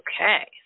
Okay